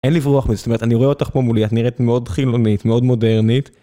אין לברוח בזה, זאת אומרת אני רואה אותך פה מולי, את נראית מאוד חילונית, מאוד מודרנית.